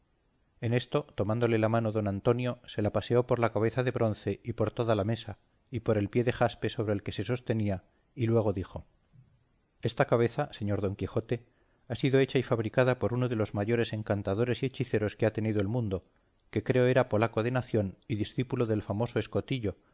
en esto tomándole la mano don antonio se la paseó por la cabeza de bronce y por toda la mesa y por el pie de jaspe sobre que se sostenía y luego dijo esta cabeza señor don quijote ha sido hecha y fabricada por uno de los mayores encantadores y hechiceros que ha tenido el mundo que creo era polaco de nación y dicípulo del famoso escotillo